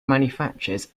manufacturers